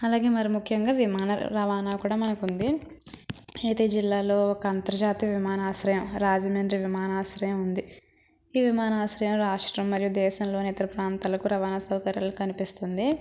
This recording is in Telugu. అలాగే మరి ముఖ్యంగా విమాన రవాణా కూడా మనకుంది అయితే జిల్లాలో ఒక అంతర్జాతీయ విమానాశ్రయం రాజమండ్రి విమానాశ్రయం ఉంది ఈ విమానాశ్రయం రాష్ట్రం మరియు దేశంలోని ఇతర ప్రాంతాలకు రవాణా సౌకర్యాలు కన్పిస్తుంది